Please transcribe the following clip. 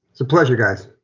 it's a pleasure, guys